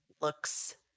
looks